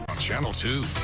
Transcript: channel two